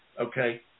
okay